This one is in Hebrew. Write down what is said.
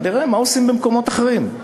נראה מה עושים במקומות אחרים,